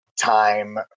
time